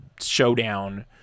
showdown